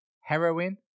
Heroin